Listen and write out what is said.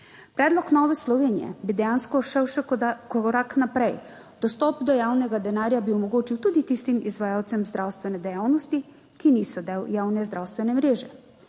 Predlog Nove Slovenije bi dejansko šel še korak naprej. Dostop do javnega denarja bi omogočil tudi tistim izvajalcem zdravstvene dejavnosti, ki niso del javne zdravstvene mreže.